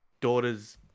daughter's